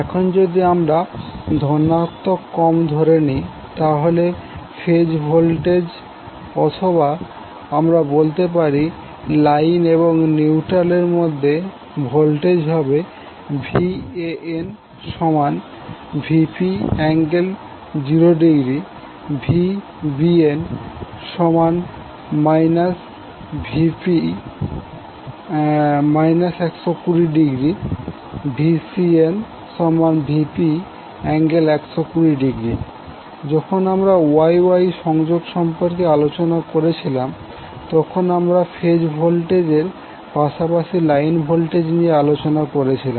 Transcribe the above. এখন যদি আমরা ধনাত্মক ক্রম ধরে নেই তাহলে ফেজ ভোল্টেজ অথবা আমরা বলতে পারি লাইন এবং নিউট্রাল এর মধ্যে ভোল্টেজ হবে VanVp∠0° VbnVp∠ 120° VcnVp∠120° যখন আমরা Y Y সংযোগ সম্পর্কে আলোচনা করেছিলাম তখন আমরা ফেজ ভোল্টেজ এর পাশাপাশি লাইন ভোল্টেজ নিয়ে আলোচনা করেছিলাম